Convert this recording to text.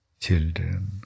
children